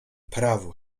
prawo